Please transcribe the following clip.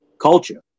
culture